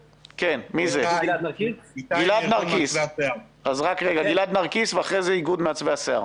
קודם גלעד נרקיס ואחר כך איגוד מעצבי השיער.